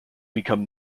become